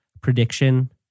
prediction